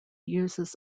uses